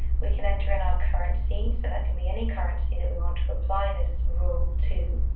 we can enter in our currency, so that can be any currency that we want to apply this rule to.